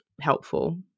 helpful